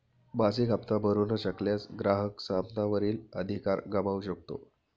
मासिक हप्ता भरू न शकल्यास, ग्राहक सामाना वरील अधिकार गमावू शकतो